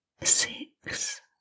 six